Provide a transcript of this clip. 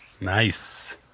Nice